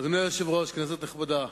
אדוני היושב-ראש, כנסת נכבדה,